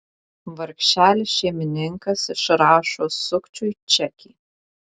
vargšelis šeimininkas išrašo sukčiui čekį